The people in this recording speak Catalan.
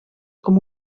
com